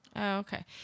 Okay